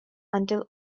until